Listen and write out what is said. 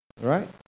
right